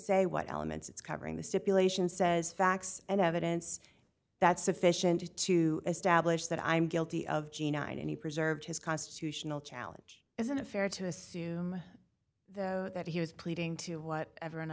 say what elements it's covering the stipulation says facts and evidence that's sufficient to establish that i'm guilty of jena in any preserved his constitutional challenge isn't it fair to assume that he was pleading to what ever